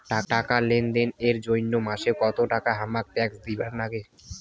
টাকা লেনদেন এর জইন্যে মাসে কত টাকা হামাক ট্যাক্স দিবার নাগে?